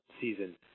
season